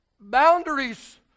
Boundaries